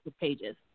pages